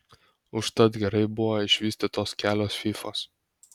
užtat gerai buvo išvystytos kelios fyfos